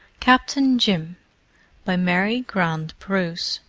captain jim by mary grant bruce